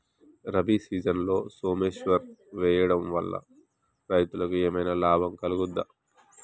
రబీ సీజన్లో సోమేశ్వర్ వేయడం వల్ల రైతులకు ఏమైనా లాభం కలుగుద్ద?